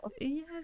Yes